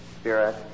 spirit